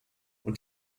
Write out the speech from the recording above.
und